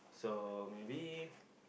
so maybe